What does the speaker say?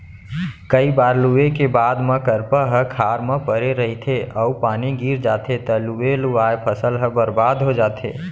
कइ बार लूए के बाद म करपा ह खार म परे रहिथे अउ पानी गिर जाथे तव लुवे लुवाए फसल ह बरबाद हो जाथे